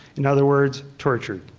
in other words tortured.